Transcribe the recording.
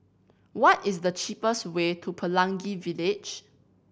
what is the cheapest way to Pelangi Village